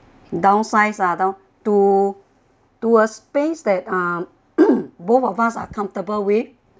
downsize ah though to to a space that (um)both of us are comfortable with